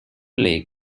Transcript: lake